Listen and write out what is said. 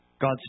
God's